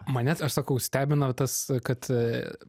manęs aš sakau stebina tas kad